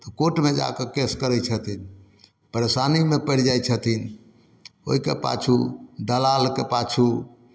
तऽ कोर्टमे जा कऽ केस करै छथिन परेशानीमे पड़ि जाइ छथिन ओहिके पाछू दलालके पाछू